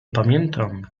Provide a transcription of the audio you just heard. pamiętam